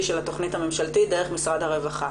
של התכנית הממשלתית דרך משרד הרווחה.